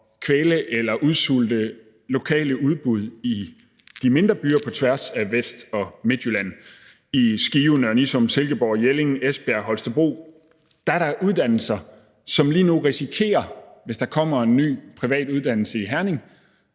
kvæle eller udsulte lokale udbud i de mindre byer på tværs af Vest- og Midtjylland. I Skive, Nørre Nissum, Silkeborg, Jelling, Esbjerg og Holstebro er der uddannelser, som lige nu risikerer at lide under både faldende årgange,